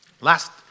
Last